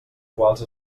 quals